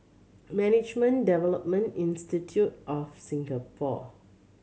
Management Development Institute of Singapore